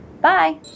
Bye